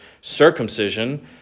circumcision